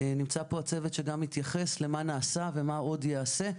נמצא פה הצוות שגם יתייחס למה שנעשה ומה עוד ייעשה,